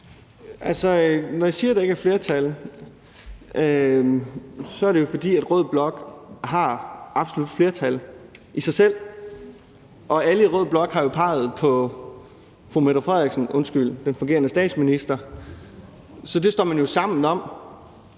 når jeg siger, at der ikke er flertal, er det jo, fordi rød blok har absolut flertal i sig selv, og alle i rød blok har peget på den fungerende statsminister, så det står man jo sammen om.